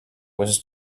was